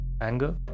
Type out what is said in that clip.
anger